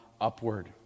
upward